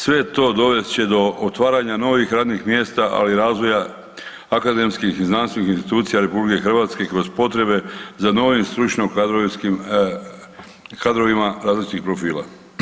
Sve to dovest će do otvaranja novih radnih mjesta, ali i razvoja akademskih i znanstvenih institucija RH kroz potrebe za novim stručnim kadrovima različitih profila.